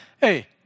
hey